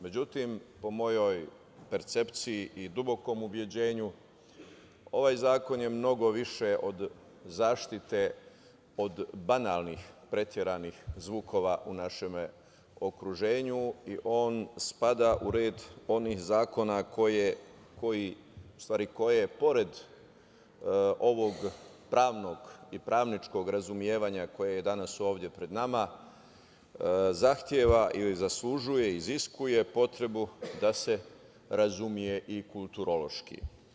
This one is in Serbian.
Međutim, po mojoj percepciji i dubokom ubeđenju, ovaj zakon je mnogo više od zaštite od banalnih, preteranih zvukova u našem okruženju i on spada u red onih zakona koji, pored ovog pravnog i pravničkog razumevanja koje je danas ovde pred nama, zahteva ili zaslužuje, iziskuje potrebu da se razume i kulturološki.